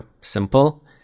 simple